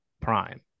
prime